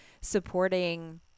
supporting